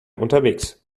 unterwegs